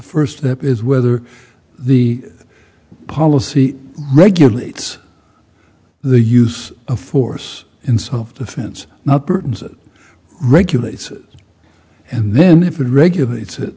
step is whether the policy regulates the use of force in self defense now britain's it regulates and then if it regulates it